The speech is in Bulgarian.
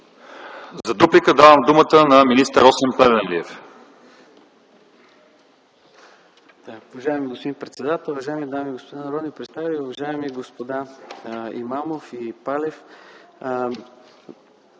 За дуплика давам думата на министър Росен Плевнелиев.